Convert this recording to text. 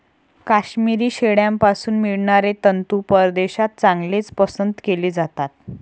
काश्मिरी शेळ्यांपासून मिळणारे तंतू परदेशात चांगलेच पसंत केले जातात